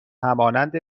همانند